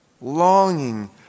longing